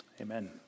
Amen